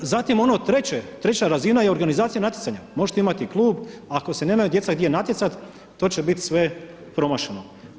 Zatim ono treće, treća razina je organizacija natjecanja, možete imati klub, ako se nemaju djeca gdje natjecat to će bit sve promašeno.